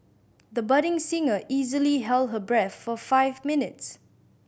the budding singer easily held her breath for five minutes